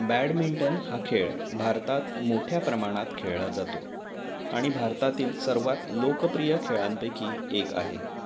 badminton हा खेळ भारतात मोठ्या प्रमाणात खेळला जातो आणि भारतातील सर्वात लोकप्रिय खेळांपैकी एक आहे